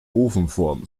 ofenform